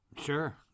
Sure